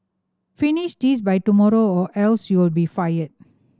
finish this by tomorrow or else you'll be fired